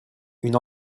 une